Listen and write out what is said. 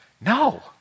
No